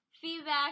feedback